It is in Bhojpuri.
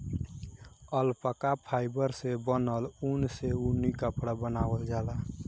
अल्पका फाइबर से बनल ऊन से ऊनी कपड़ा बनावल जाला